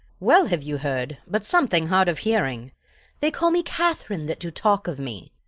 well have you heard, but something hard of hearing they call me katherine that do talk of me.